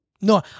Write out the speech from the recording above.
No